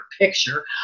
picture